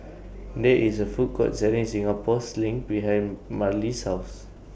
There IS A Food Court Selling Singapore Sling behind Merle's House